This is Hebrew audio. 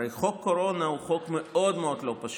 חוק קורונה הוא חוק מאוד מאוד לא פשוט.